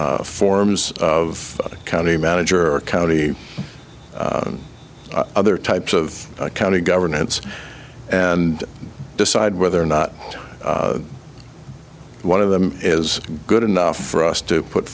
forms of county manager or county other types of county governance and decide whether or not one of them is good enough for us to put